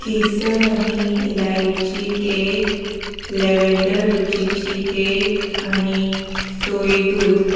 केसर आनी इलायची cake lavender रुचीची केक आनी सोय दूद